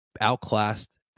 outclassed